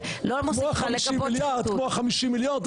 כמו ה- 50 מיליון,